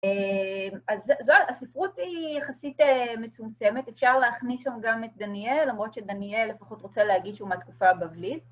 אז הספרות היא יחסית מצומצמת, אפשר להכניס שם גם את דניאל, למרות שדניאל לפחות רוצה להגיד שהוא מהתקופה הבבלית.